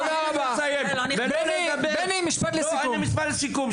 בני משפט לסיכום.